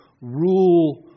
rule